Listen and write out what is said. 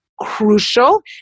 crucial